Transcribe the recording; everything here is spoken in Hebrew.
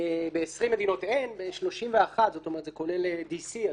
ב-20 מדינות אין כולל DC,